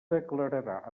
declararà